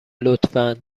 لطفا